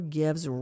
gives